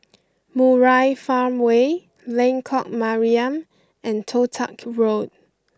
Murai Farmway Lengkok Mariam and Toh Tuck Road